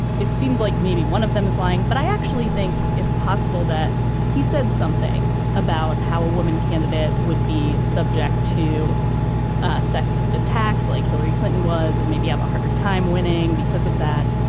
it seems like maybe one of them is lying. but i actually think it's possible that he said something about how a woman candidate would be subject to ah sexist attacks like hillary clinton was and maybe have a harder time winning because of that.